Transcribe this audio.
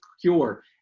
cure